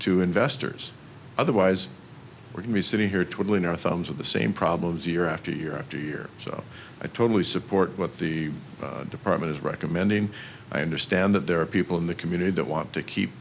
to investors otherwise we're going to be sitting here twiddling our thumbs with the same problems year after year after year so i totally support what the department is recommending i understand that there are people in the community that want to keep